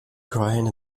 crying